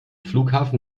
flughafen